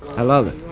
i love